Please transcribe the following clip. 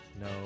no